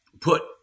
put